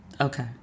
Okay